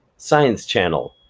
science channel,